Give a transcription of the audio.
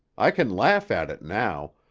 i can laugh at it now,